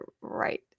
right